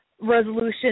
resolution